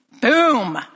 Boom